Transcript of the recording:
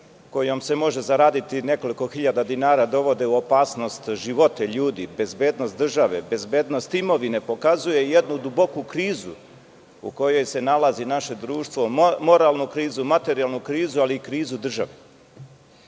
kojom se može zaraditi nekoliko hiljada dinara dovode u opasnost živote ljudi, bezbednost države, bezbednost imovine, pokazuje jednu duboku krizu u kojoj se nalazi naše društvo, moralnu krizu, materijalnu krizu, ali i krizu države. Da